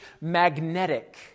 magnetic